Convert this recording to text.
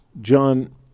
John